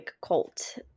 cult